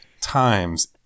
times